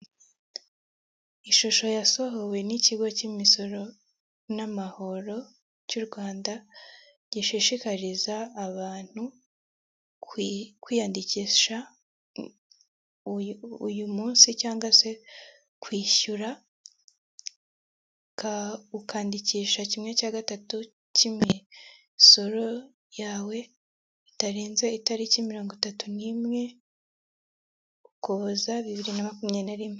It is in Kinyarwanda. Ishusho yasohowe n'ikigo cy'imisoro n'amahoro cy'u Rwanda gishishikariza abantu kwiyandikisha uyu munsi cyangwa se kwishyura ukandikisha kimwe cya gatatu cy'imisoro yawe bitarenze itariki mirongo itatu n'imwe ukuboza bibiri na makumyabiri rimwe.